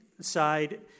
side